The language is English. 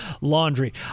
laundry